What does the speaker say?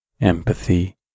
empathy